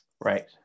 Right